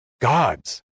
Gods